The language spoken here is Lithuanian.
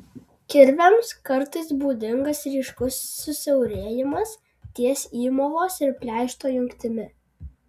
kirviams kartais būdingas ryškus susiaurėjimas ties įmovos ir pleišto jungtimi